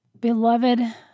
beloved